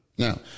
Now